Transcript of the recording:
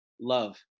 love